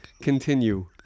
continue